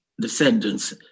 descendants